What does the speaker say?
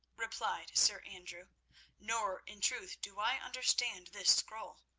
replied sir andrew nor, in truth do i understand this scroll.